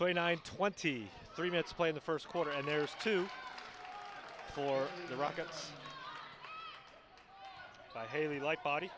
twenty nine twenty three minutes play the first quarter and there's two for the rockets by haley like body